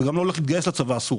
ואני גם לא הולך להתגייס לצבא הסורי,